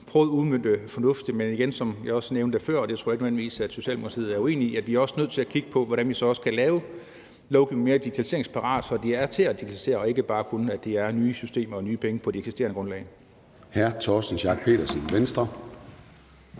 prøve at udmønte fornuftigt, men igen vil jeg sige, hvilket jeg også nævnte før – og det tror jeg ikke nødvendigvis at Socialdemokratiet er uenige i – at vi er nødt til at kigge på, hvordan vi så også kan lave lovgivningen mere digitaliseringsparat, så det er til at digitalisere og det ikke bare kun er nye systemer og nye penge på de eksisterende grundlag.